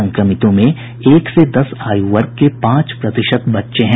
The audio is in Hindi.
संक्रमितों में एक से दस आयु वर्ग के पांच प्रतिशत बच्चे हैं